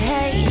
Hey